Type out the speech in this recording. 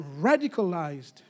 radicalized